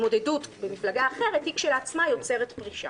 התמודדות במפלגה אחרת היא כשלעצמה יוצרת פרישה.